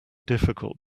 difficult